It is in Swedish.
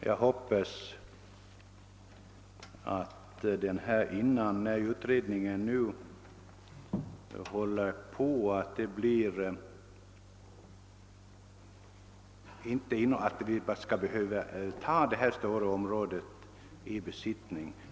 Jag hoppas att det medan utredningen ännu pågår skall befinnas icke vara nödvändigt att ta detta stora område i besittning.